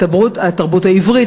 התרבות העברית,